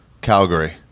Calgary